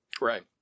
Right